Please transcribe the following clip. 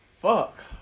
Fuck